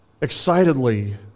excitedly